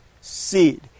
seed